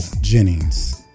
Jennings